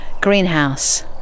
Greenhouse